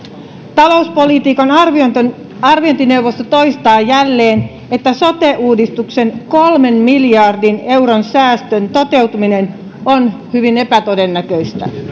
talouspolitiikan arviointineuvosto toistaa jälleen että sote uudistuksen kolmen miljardin euron säästön toteutuminen on hyvin epätodennäköistä